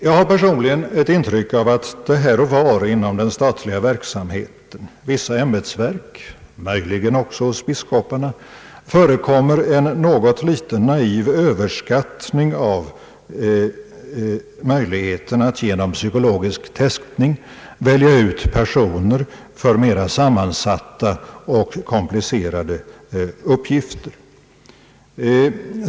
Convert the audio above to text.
Jag har personligen ett intryck av att det här och var inom den statliga verksamheten — vissa ämbetsverk, möjligen också hos biskoparna — förekommer en viss naiv överskattning av möjligheten att genom psykologisk testning välja ut personer för mera sammansatta och komplicerade uppgifter.